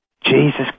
Jesus